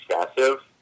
excessive